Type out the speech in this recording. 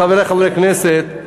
חברי חברי הכנסת,